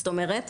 זאת אומרת,